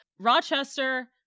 Rochester